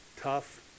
tough